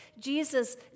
Jesus